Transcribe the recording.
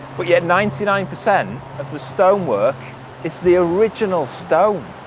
but yet ninety nine percent of the stonework is the original stone.